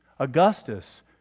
Augustus